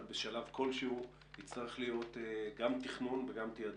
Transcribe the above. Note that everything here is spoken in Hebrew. אבל בשלב כלשהו צריך להיות גם תכנון וגם תעדוף.